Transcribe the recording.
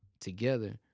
together